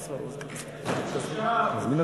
בושה, בושה.